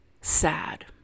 sad